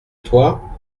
toi